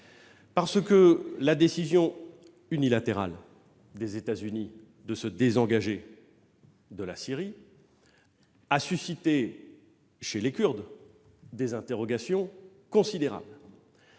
Kurdes. Or la décision unilatérale des États-Unis de se désengager de Syrie a suscité chez les Kurdes des interrogations considérables.